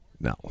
no